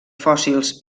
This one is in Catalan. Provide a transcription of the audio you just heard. fòssils